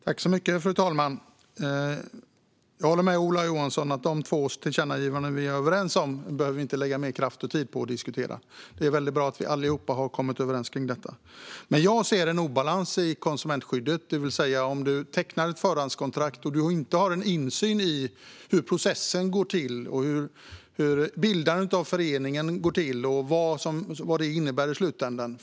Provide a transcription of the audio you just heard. Fru talman! Jag håller med Ola Johansson - de två tillkännagivanden vi är överens om behöver vi inte lägga mer kraft och tid på att diskutera. Det är väldigt bra att vi allihop har kommit överens om detta. Jag ser dock en obalans i konsumentskyddet. Man tecknar ett förhandskontrakt och är fast i det men har inte insyn i hur processen går till, hur bildandet av föreningen går till och vad det innebär i slutändan.